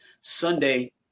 Sunday